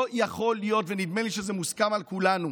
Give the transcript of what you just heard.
לא יכול להיות, ונדמה לי שזה מוסכם על כולנו,